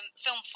Film